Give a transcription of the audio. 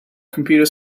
computer